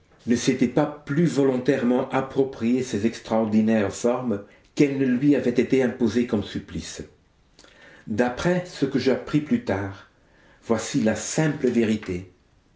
ne s'était pas plus volontairement approprié ces extraordinaires formes qu'elles ne lui avaient été imposées comme supplice d'après ce que j'appris plus tard voici la simple vérité